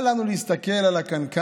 אל לנו להסתכל על הקנקן,